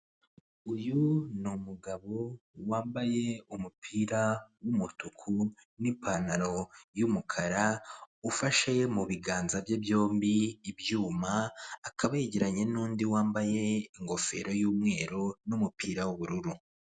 Uyu ni umugabo wambaye umupira w'umutuku n'ipantaro y'umukara ufashe mu biganza bye byombi ibyuma akaba yegeranye n'undi wambaye ingofero y'umweru n'umupira w'ubururu.